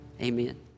Amen